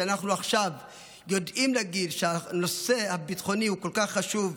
שבה אנחנו עכשיו יודעים להגיד שהנושא הביטחוני הוא כל כך חשוב.